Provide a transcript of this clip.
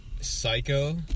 Psycho